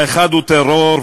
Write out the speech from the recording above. האחד הוא טרור,